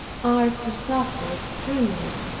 are to suffer extremely.